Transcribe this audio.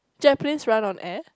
jet planes run on air